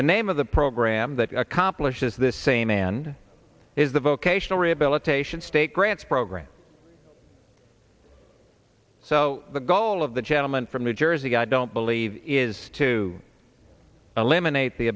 the name of the program that accomplishes this same man is the vocational rehabilitation state grants program so the goal of the gentleman from new jersey i don't believe is to eliminate the